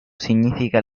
significa